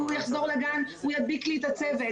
הוא יחזור לגן וידביק את הצוות.